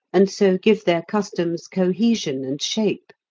and so give their customs cohesion and shape.